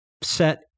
set